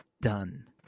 done